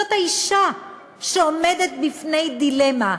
זאת האישה שעומדת בפני דילמה.